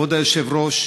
כבוד היושב-ראש,